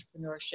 entrepreneurship